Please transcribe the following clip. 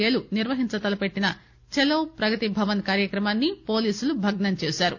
ఏలు నిర్వహించతలపెట్టిన చలో ప్రగతిభవన్ కార్యక్రమాన్ని పోలీసులు భగ్నం చేశారు